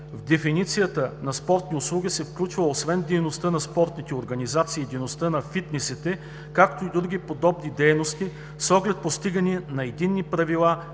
В дефиницията на спортни услуги се включва освен дейността на спортните организации и дейността на фитнесите, както и други подобни дейности с оглед постигане на единни правила